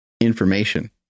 information